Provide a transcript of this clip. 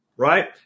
right